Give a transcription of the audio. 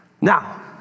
Now